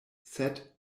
sed